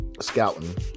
scouting